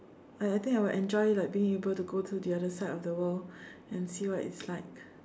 I I think I will enjoy like being able to go to the other side of the world and see what it's like